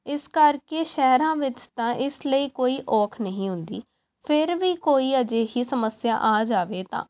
ਇਸ ਕਰਕੇ ਸ਼ਹਿਰਾਂ ਵਿੱਚ ਤਾਂ ਇਸ ਲਈ ਕੋਈ ਔਖ ਨਹੀਂ ਹੁੰਦੀ ਫਿਰ ਵੀ ਕੋਈ ਅਜਿਹੀ ਸਮੱਸਿਆ ਆ ਜਾਵੇ ਤਾਂ